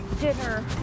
dinner